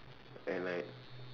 and like